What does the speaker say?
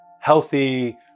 healthy